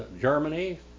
Germany